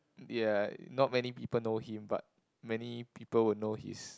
yeah not many people know him but many people will know his